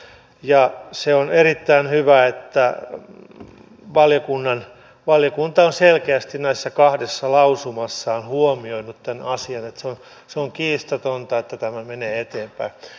ja on erittäin hyvä että valiokunta on selkeästi näissä kahdessa lausumassaan huomioinut tämän asian että se on kiistatonta että tämä menee eteenpäin